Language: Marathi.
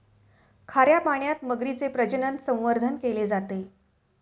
खाऱ्या पाण्यात मगरीचे प्रजनन, संवर्धन केले जाते